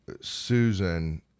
Susan